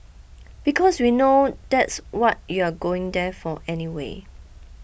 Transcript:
because we know that's what you're going there for anyway